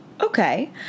Okay